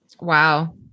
Wow